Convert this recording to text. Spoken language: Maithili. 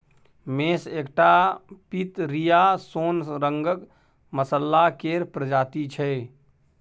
मेस एकटा पितरिया सोन रंगक मसल्ला केर प्रजाति छै